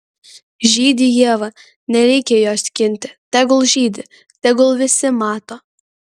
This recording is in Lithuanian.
žydi ieva nereikia jos skinti tegul žydi tegul visi mato